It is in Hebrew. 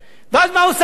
מה עושה התקשורת?